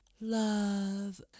love